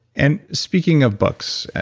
and speaking of books,